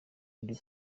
ndi